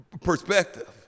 perspective